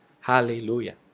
Hallelujah